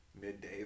midday